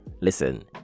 Listen